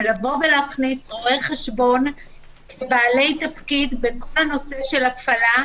להכניס רואי חשבון בעלי תפקיד בכל הנושא של ההפעלה,